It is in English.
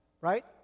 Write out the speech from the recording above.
right